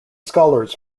scholars